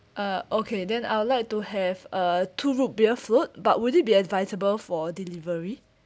uh okay then I would like to have uh two root beer float but would it be advisable for delivery